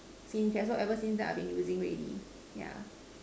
since ever ever since I have been using already